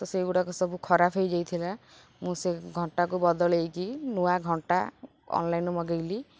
ତ ସେଇଗୁଡ଼ାକ ସବୁ ଖରାପ ହେଇଯାଇଥିଲା ମୁଁ ସେ ଘଣ୍ଟାକୁ ବଦଳାଇକି ନୂଆ ଘଣ୍ଟା ଅନ୍ଲାଇନ୍ରୁ ମଗାଇଲି